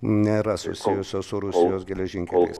nėra susijusios su rusijos geležinkeliais